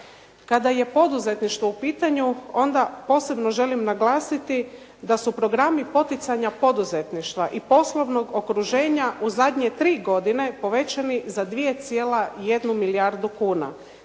Kada je poduzetništvo u pitanju onda posebno želim naglasiti da su programi poticanja poduzetništva i poslovnog okruženja u zadnje tri godine povećani za 2,1 milijardu kuna.